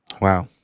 Wow